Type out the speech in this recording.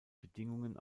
bedingungen